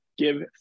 Give